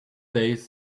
days